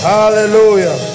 Hallelujah